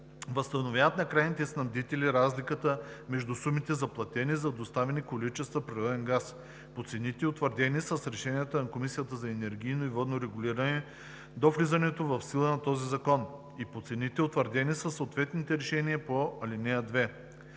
възстановяват на крайните снабдители разликата между сумите, заплатени за доставени количества природен газ, по цените, утвърдени с решенията на Комисията за енергийно и водно регулиране до влизането в сила на този закон, и по цените, утвърдени със съответните решения по ал. 2.